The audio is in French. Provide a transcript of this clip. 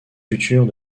futures